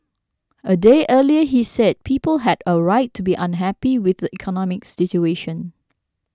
a day earlier he said people had a right to be unhappy with the economic situation